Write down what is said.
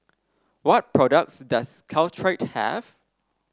what products does Caltrate have